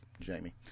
Jamie